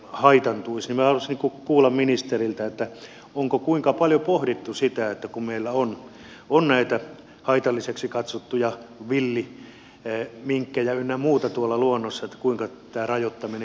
minä haluaisin kuulla ministeriltä onko kuinka paljon pohdittu sitä että kun meillä on näitä haitalliseksi katsottuja villiminkkejä ynnä muuta tuolla luonnossa niin kuinka tämä rajoittaminen jatkossa voi onnistua